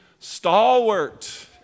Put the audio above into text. Stalwart